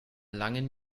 langen